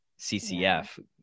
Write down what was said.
CCF